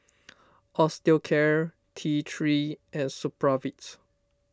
Osteocare T three and Supravit